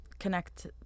connect